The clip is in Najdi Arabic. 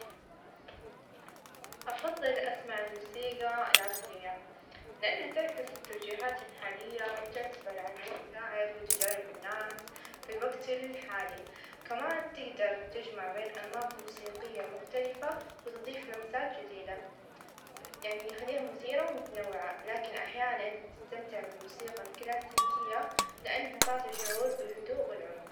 أفظل يكون عندي هدية في عيد ميلادي؛ لأن الهدايا تحمل طبع شخصي وتظهر اهتمامات الآخرين لنا، سواء أن كانت شيئًا أحبه، أو تجربة جديدة، بينما الفلوس مفيدة إلى أن الهدية شعور خاص، وتخلق ذكريات جميلة.